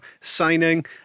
signing